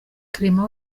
clément